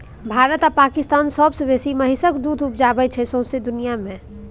भारत आ पाकिस्तान सबसँ बेसी महिषक दुध उपजाबै छै सौंसे दुनियाँ मे